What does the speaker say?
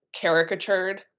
caricatured